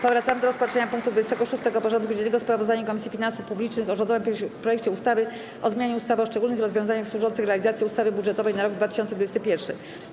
Powracamy do rozpatrzenia punktu 26. porządku dziennego: Sprawozdanie Komisji Finansów Publicznych o rządowym projekcie ustawy o zmianie ustawy o szczególnych rozwiązaniach służących realizacji ustawy budżetowej na rok 2021.